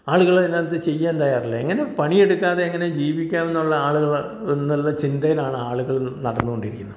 ആളുകൾ അതിനകത്ത് ചെയ്യാൻ തയ്യാറല്ല എങ്ങനെ പണിയെടുക്കാതെ എങ്ങനെ ജീവിക്കാം എന്നുള്ള ആളുകളാണ് എന്നുള്ള ചിന്തയിലാണ് ആളുകൾ നടന്നുകൊണ്ടിരിക്കുന്നത്